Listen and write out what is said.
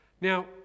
Now